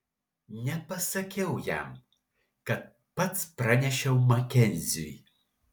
nepasakiau jam kad pats pranešiau makenziui